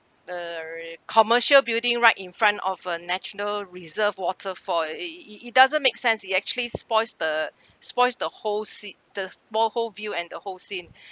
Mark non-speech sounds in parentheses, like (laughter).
uh (noise) commercial building right in front of a national reserve waterfall it it it it doesn't make sense it actually spoils the spoils the whole see~ the spoil whole view and the whole scene